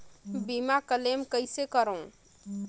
बीमा क्लेम कइसे करों?